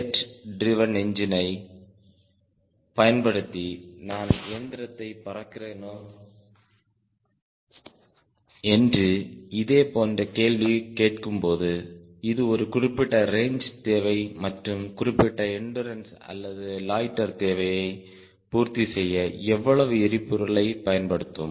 jet driven என்ஜினை பயன்படுத்தி நான் இயந்திரத்தை பறக்கிறேனா என்று இதே போன்ற கேள்வி கேட்கும்போது இது ஒரு குறிப்பிட்ட ரேஞ்ச் தேவை மற்றும் குறிப்பிட்ட எண்டுரன்ஸ் அல்லது லொய்ட்டர் தேவையை பூர்த்தி செய்ய எவ்வளவு எரிபொருளை பயன்படுத்தும்